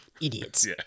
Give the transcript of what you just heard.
Idiots